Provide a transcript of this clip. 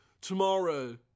tomorrow